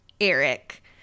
Eric